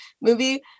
movie